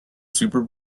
super